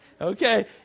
Okay